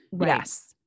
Yes